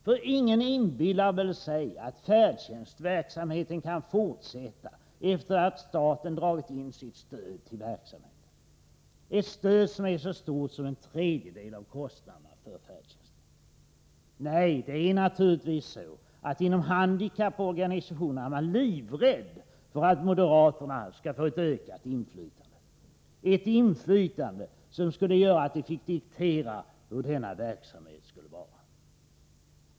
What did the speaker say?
För ingen inbillar väl sig att färdtjänstverksamheten kan fortsätta efter det att staten dragit in sitt stöd till verksamheten— ett stöd som är så stort som en tredjedel av kostnaderna för färdtjänsten. Nej, det är naturligtvis så att man inom handikapporganisationerna är livrädd för att moderaterna skall få ett ökat inflytande, ett inflytande som skulle göra att de fick diktera hur denna verksamhet skall vara.